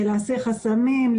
להסיר חסמים,